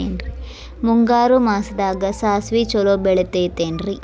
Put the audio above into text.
ಮುಂಗಾರು ಮಾಸದಾಗ ಸಾಸ್ವಿ ಛಲೋ ಬೆಳಿತೈತೇನ್ರಿ?